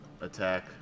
attack